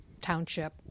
township